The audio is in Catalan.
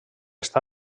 està